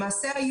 למעשה,